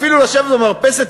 אפילו לשבת במרפסת,